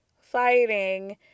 fighting